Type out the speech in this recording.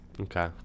Okay